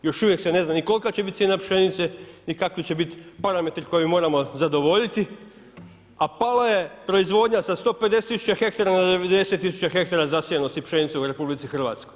Još uvijek se ne zna ni kolika će biti cijena pšenice ni kakvi će biti parametri koje moramo zadovoljiti, a pala je proizvodnja sa 150 tisuća hektara na 90 tisuća hektara zasijanosti pšenicom u RH.